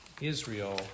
Israel